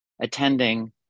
attending